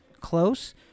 close